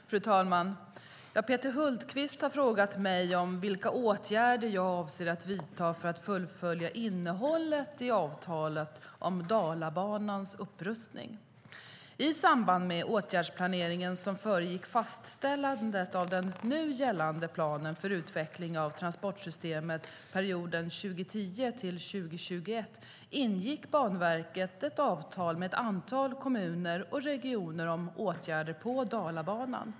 Fru talman! Peter Hultqvist har frågat mig vilka åtgärder jag avser att vidta för att fullfölja innehållet i avtalet om Dalabanans upprustning. I samband med åtgärdsplaneringen som föregick fastställandet av den nu gällande planen för utveckling av transportsystemet för perioden 2010-2021 ingick Banverket ett avtal med ett antal kommuner och regioner om åtgärder på Dalabanan.